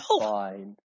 fine